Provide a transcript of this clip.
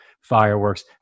fireworks